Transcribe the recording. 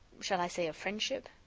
shall i say of friendship?